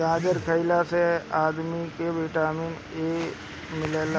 गाजर खइला से आदमी के विटामिन ए मिलेला